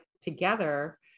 together